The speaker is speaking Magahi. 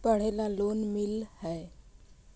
पढ़े ला लोन मिल है?